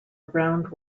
round